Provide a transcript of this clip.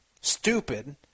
stupid